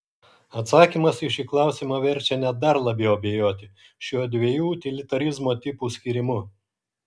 atsakymas į šį klausimą verčia net dar labiau abejoti šiuo dviejų utilitarizmo tipų skyrimu